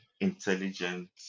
intelligent